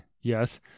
yes